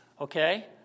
okay